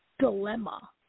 dilemma